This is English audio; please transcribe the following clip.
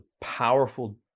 powerful